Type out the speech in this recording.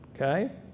okay